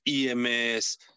EMS